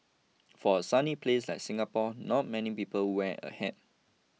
for a sunny place like Singapore not many people wear a hat